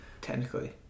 Technically